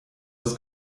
das